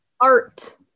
Art